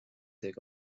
déag